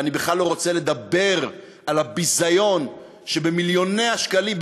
ואני בכלל לא רוצה לדבר על הביזיון שבמיליוני השקלים,